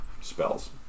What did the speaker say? spells